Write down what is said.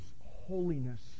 holiness